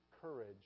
courage